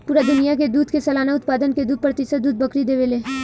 पूरा दुनिया के दूध के सालाना उत्पादन के दू प्रतिशत दूध बकरी देवे ले